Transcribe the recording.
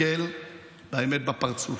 ולהסתכל לאמת בפרצוף.